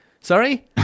sorry